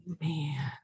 Man